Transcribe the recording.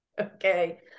okay